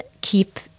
keep